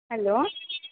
hello